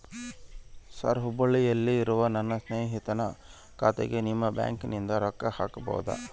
Sir ಹುಬ್ಬಳ್ಳಿಯಲ್ಲಿ ಇರುವ ನನ್ನ ಸ್ನೇಹಿತನ ಖಾತೆಗೆ ನಿಮ್ಮ ಬ್ಯಾಂಕಿನಿಂದ ರೊಕ್ಕ ಹಾಕಬಹುದಾ?